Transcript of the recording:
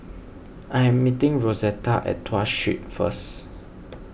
I am meeting Rosetta at Tuas Street first